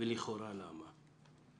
גם לי יש הערות ניסוחיות.